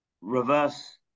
reverse